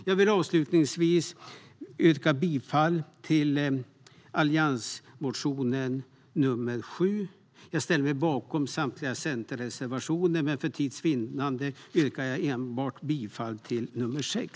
Jag yrkar bifall till alliansmotion nr 7. Jag ställer mig bakom samtliga centerreservationer, men för tids vinnande yrkar jag bifall enbart till nr 6.